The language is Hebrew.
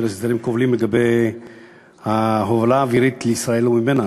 הסדרים כובלים לגבי ההובלה האווירית לישראל או ממנה.